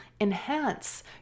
enhance